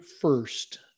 first